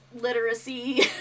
literacy